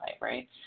right